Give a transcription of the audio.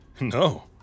No